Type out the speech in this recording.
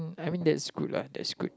I mean that's good lah that's good